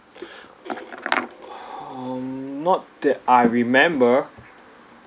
um not that I remember